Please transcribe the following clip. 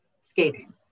skating